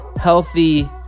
healthy